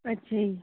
ਅੱਛਿਆ ਜੀ